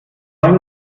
einen